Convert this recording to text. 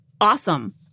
awesome